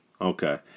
Okay